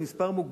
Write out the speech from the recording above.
יש מספר מוגבל,